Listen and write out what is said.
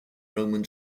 roman